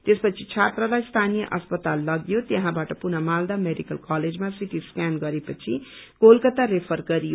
त्यसपछि छात्रालाई स्थानीय अस्पताल लगियो त्यहाँबाट पुनः मालदा मेडिकल कलेजमा सिटी स्क्यान गरे पछि कोलकता रेफर गरियो